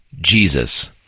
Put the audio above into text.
Jesus